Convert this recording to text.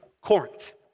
Corinth